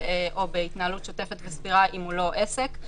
או בהתנהלות שוטפת וסבירה אם הוא לא עסק,